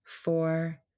four